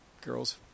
girls